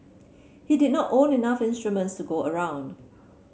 he did not own enough instruments to go around